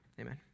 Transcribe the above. Amen